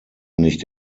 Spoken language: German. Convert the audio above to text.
nicht